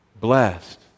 blessed